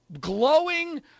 glowing